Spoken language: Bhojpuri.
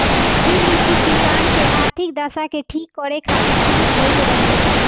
इ नीति किसान के आर्थिक दशा के ठीक करे खातिर शुरू भइल रहे